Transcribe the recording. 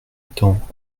temps